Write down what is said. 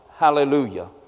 Hallelujah